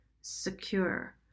secure